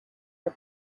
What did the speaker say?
her